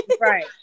right